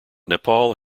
nepal